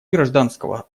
гражданского